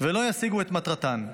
ולא ישיגו את מטרתן.